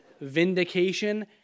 vindication